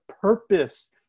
purpose